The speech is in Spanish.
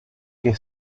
que